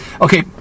Okay